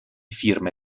firme